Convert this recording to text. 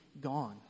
gone